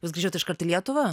jūs grįžot iškart į lietuvą